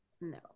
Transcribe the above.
no